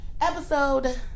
episode